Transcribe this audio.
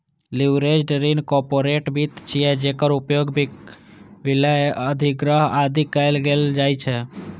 leveraged ऋण corporate वित्त छियै, जेकर उपयोग विलय, अधिग्रहण, आदि लेल कैल जाइ छै